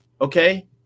okay